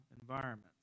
environments